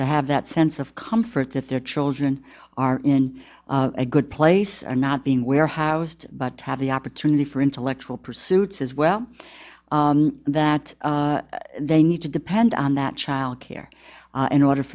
to have that sense of comfort that their children are in a good place not being warehoused but to have the opportunity for intellectual pursuits as well that they need to depend on that childcare in order